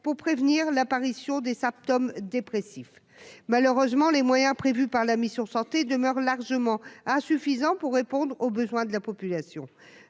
pour prévenir l'apparition des symptômes dépressifs, malheureusement les moyens prévus par la mission santé demeurent largement insuffisant pour répondre aux besoins de la population